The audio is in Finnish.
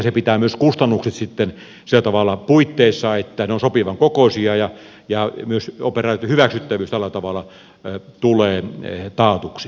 se pitää myös kustannukset sitten sillä tavalla puitteissaan että ne ovat sopivan kokoisia ja myös operaation hyväksyttävyys tulee tällä tavalla taatuksi